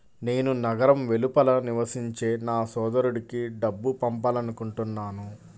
నేను నగరం వెలుపల నివసించే నా సోదరుడికి డబ్బు పంపాలనుకుంటున్నాను